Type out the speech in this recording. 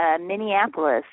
Minneapolis